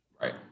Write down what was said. right